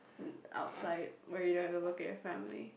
outside where you don't have to look at your family